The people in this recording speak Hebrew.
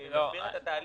אני מסביר את התהליך.